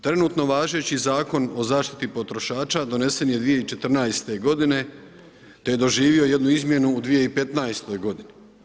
Trenutno važeći Zakon o zaštiti potrošača donesen je 2014. godine te je doživio jednu izmjenu u 2015. godini.